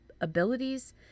abilities